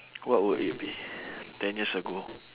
what would it be ten years ago